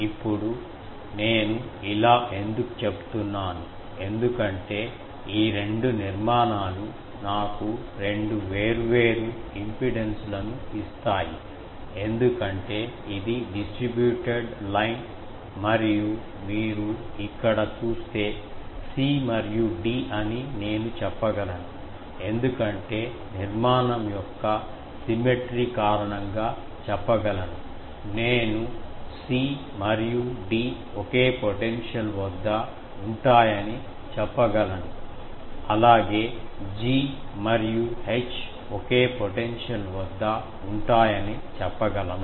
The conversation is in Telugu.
ఇప్పుడు నేను ఇలా ఎందుకు చెప్తున్నాను ఎందుకంటే ఈ రెండు నిర్మాణాలు నాకు రెండు వేర్వేరు ఇంపిడెన్స్లను ఇస్తాయి ఎందుకంటే ఇది డిస్ట్రిబ్యూటెడ్ లైన్ మరియు మీరు ఇక్కడ చూస్తే c మరియు d అని నేను చెప్పగలను ఎందుకంటే నిర్మాణం యొక్క సిమెట్రీ కారణంగా చెప్పగలను నేను c మరియు d ఒకే పొటెన్షియల్ వద్ద ఉంటయని చెప్పగలను అలాగే g మరియు h ఒకే పొటెన్షియల్ వద్ద ఉంటయని చెప్పగలనా